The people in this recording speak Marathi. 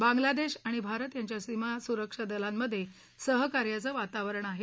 बांगलादेश आणि भारत यांच्या सीमासुरक्षा दलांमधे सहकार्याचं वातावरण आहे